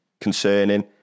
concerning